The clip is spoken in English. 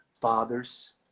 fathers